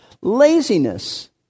Laziness